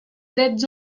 drets